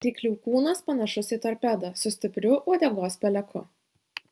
ryklių kūnas panašus į torpedą su stipriu uodegos peleku